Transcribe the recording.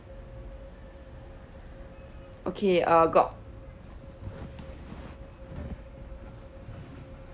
okay uh got